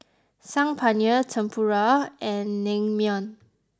Saag Paneer Tempura and Naengmyeon